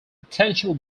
potential